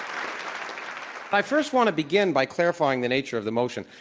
um i first want to begin by clarifying the nature of the motion,